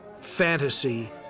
fantasy